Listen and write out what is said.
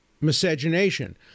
miscegenation